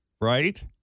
Right